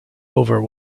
over